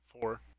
Four